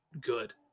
good